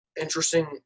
Interesting